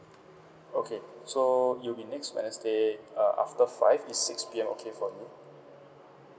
okay so it'll be next wednesday uh after five is six P_M okay for you